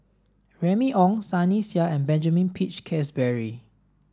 Remy Ong Sunny Sia and Benjamin Peach Keasberry